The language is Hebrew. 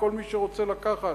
לכל מי שרוצה לקחת.